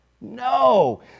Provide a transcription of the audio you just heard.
No